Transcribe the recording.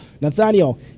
Nathaniel